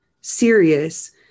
serious